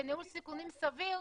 וניהול סיכונים סביר,